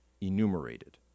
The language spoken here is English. enumerated